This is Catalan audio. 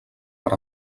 per